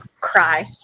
cry